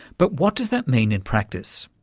but what does that mean in practice?